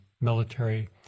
military